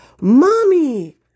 Mommy